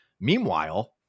Meanwhile